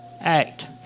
act